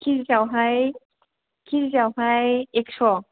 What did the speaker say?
किजि आवहाय कि जि आवहाय एकस'